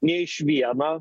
ne iš vieno